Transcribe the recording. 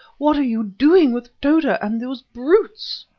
what are you doing with tota and those brutes?